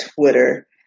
Twitter